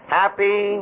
happy